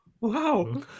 Wow